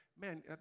man